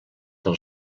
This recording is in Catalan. del